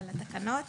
על התקנות